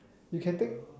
you can take